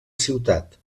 ciutat